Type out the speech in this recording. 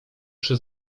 przy